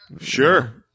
sure